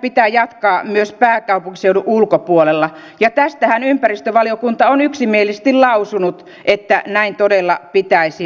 pitää jatkaa myös pääkaupunkiseudun ulkopuolella ja tästähän ympäristövaliokunta on yksimielisesti lausunut että näin todella pitäisi tehdä